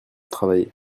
travailler